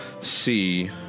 see